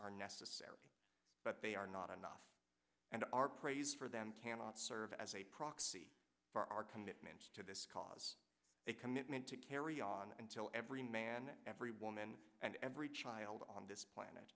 are necessary but they are not enough and are praised for them cannot serve as a proxy for our commitments to this cause a commitment to carry on until every man every woman and every child on this planet